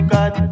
God